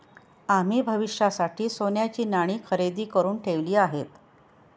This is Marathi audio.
आम्ही भविष्यासाठी सोन्याची नाणी खरेदी करुन ठेवली आहेत